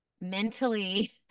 mentally